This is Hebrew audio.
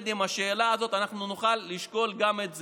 עם השאלה הזאת אנחנו נוכל לשקול גם את זה.